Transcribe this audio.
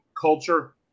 culture